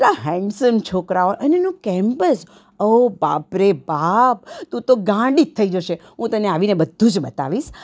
એટલા હેન્ડસમ છોકરાઓ અને એનું કેમ્પસ ઓ બાપ રે બાપ તું તો ગાંડી જ થઈ જશે હું તને આવીને બધું જ બતાવીશ